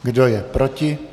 Kdo je proti?